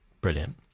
Brilliant